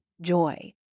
joy